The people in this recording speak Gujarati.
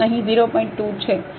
2 છે